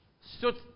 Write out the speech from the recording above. stood